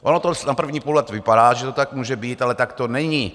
Ono to na první pohled vypadá, že to tak může být, ale tak to není.